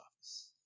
office